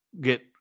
get